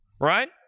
Right